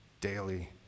daily